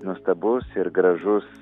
nuostabus ir gražus